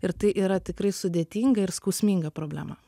ir tai yra tikrai sudėtinga ir skausminga problema